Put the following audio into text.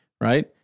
right